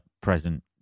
present